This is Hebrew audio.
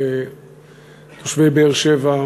לתושבי באר-שבע,